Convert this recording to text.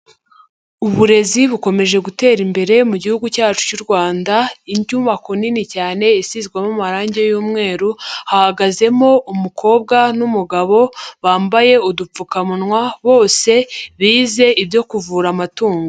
Uburezi bukomeje gutera imbere mu Gihugu cyacu cy'u Rwanda, inyubako nini cyane isizwamo amarangi y'umweru hahagazemo umukobwa n'umugabo bambaye udupfukamunwa, bose bize ibyo kuvura amatungo.